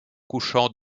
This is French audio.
couchant